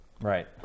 Right